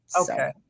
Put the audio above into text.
okay